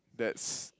that's